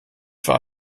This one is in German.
für